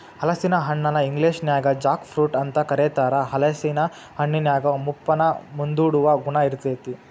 ಹಲಸಿನ ಹಣ್ಣನ ಇಂಗ್ಲೇಷನ್ಯಾಗ ಜಾಕ್ ಫ್ರೂಟ್ ಅಂತ ಕರೇತಾರ, ಹಲೇಸಿನ ಹಣ್ಣಿನ್ಯಾಗ ಮುಪ್ಪನ್ನ ಮುಂದೂಡುವ ಗುಣ ಇರ್ತೇತಿ